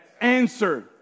answer